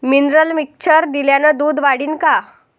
Mineral mixture दिल्यानं दूध वाढीनं का?